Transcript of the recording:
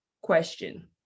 question